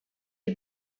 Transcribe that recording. die